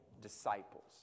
disciples